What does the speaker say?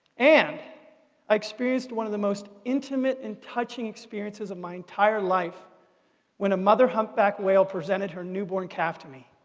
and i experienced one of the most intimate and touching experiences of my entire life when a mother humpback whale presented her newborn calf to me.